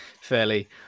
fairly